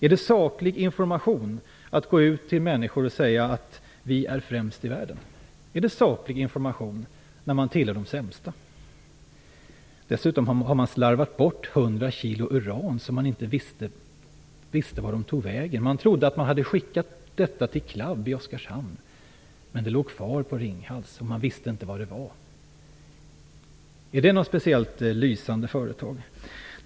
Är det saklig information att säga att vi är främst i världen? Är det saklig information när man i själva verket tillhör de sämsta? Dessutom har man slarvat bort 100 kg uran. Man trodde att man hade skickat dem till CLAB i Oskarshamn, men de låg kvar på Ringhals och man visste inte var. Är det ett särskilt lysande företag?